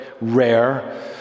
rare